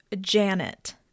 Janet